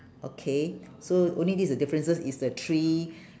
okay so only this is the differences is the three